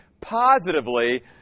positively